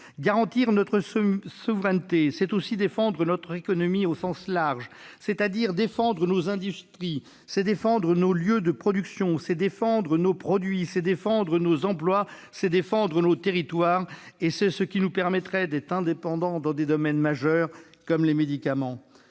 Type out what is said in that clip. Garantir notre souveraineté, c'est aussi défendre notre économie au sens large, c'est défendre nos industries ; c'est défendre nos lieux de production ; c'est défendre nos produits ; c'est défendre nos emplois ; c'est défendre les territoires, et c'est ce qui nous permettrait d'être indépendants dans certains domaines majeurs comme les médicaments.